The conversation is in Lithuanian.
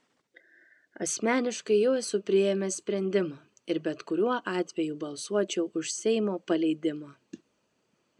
asmeniškai jau esu priėmęs sprendimą ir bet kuriuo atveju balsuočiau už seimo paleidimą